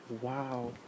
wow